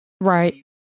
Right